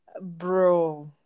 bro